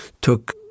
took